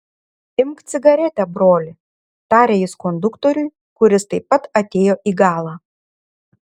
imk cigaretę broli tarė jis konduktoriui kuris taip pat atėjo į galą